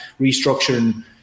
restructuring